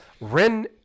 Ren